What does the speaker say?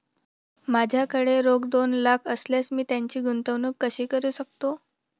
माझ्याकडे रोख दोन लाख असल्यास मी त्याची गुंतवणूक कशी करू शकतो?